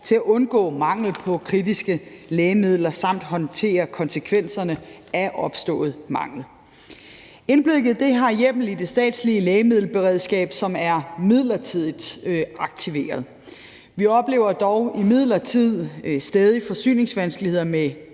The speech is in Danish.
til at undgå mangel på kritiske lægemidler samt at håndtere konsekvenserne af opstået mangel. Indblikket har hjemmel i det statslige lægemiddelberedskab, som er midlertidigt aktiveret. Vi oplever imidlertid stadig forsyningsvanskeligheder med